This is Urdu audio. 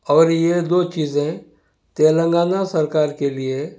اور یہ دو چیزیں تلنگانہ سرکار کے لیے